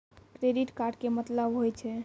Credit card के मतलब होय छै?